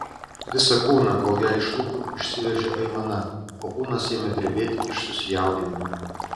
visą kūną kol jai iš lūpų išsiveržė aimana o kūnas ėmė drebėti iš susijaudinimo